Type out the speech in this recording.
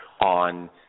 on